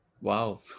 Wow